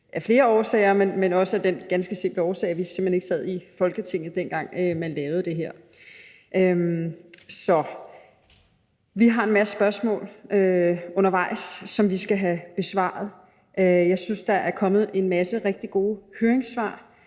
heller ikke er en del af, herunder den simple årsag, at vi simpelt hen ikke sad i Folketinget, dengang man lavede det her. Så vi har en masse spørgsmål undervejs, som vi skal have besvaret. Jeg synes, der er kommet en masse rigtig gode høringssvar,